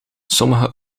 sommige